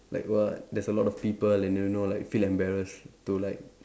like what there's a lot of people and you know like feel embarrassed to like